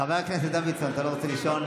חבר הכנסת דוידסון, אתה לא רוצה לישון?